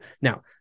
now